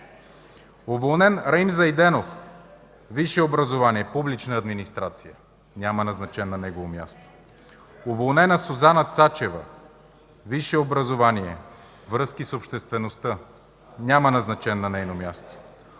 уволнен Раим Зайденов, висше образование – „Публична администрация”, няма назначен на негово място; - уволнена Сузана Чачева, висше образование – „Връзки с обществеността”, няма назначен на нейно място;